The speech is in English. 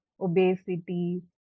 obesity